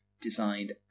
designed